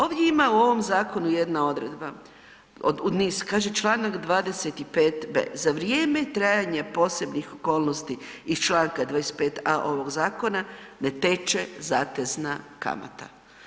Ovdje ima u ovom zakonu jedna odredba od niz, kaže članak 25b. za vrijeme trajanja posebnih okolnosti iz članka 25a. ovog zakona ne teče zatezna kamata.